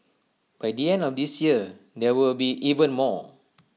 by the end of this year there will be even more